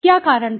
क्या कारण था